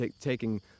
taking